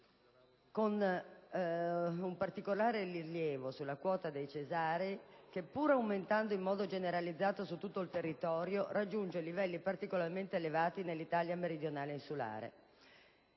dei numeri relativi alla quota dei cesarei che, pure aumentando in modo generalizzato su tutto il territorio, raggiunge livelli particolarmente elevati nell'Italia meridionale e insulare.